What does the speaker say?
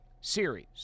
series